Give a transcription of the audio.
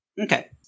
Okay